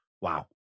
Wow